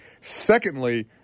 Secondly